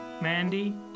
Mandy